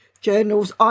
journals